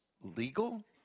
legal